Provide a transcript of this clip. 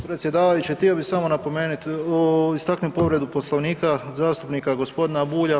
Predsjedavajući htio bih samo napomenuti, istaknuti povredu Poslovnika zastupnika gospodina Bulja.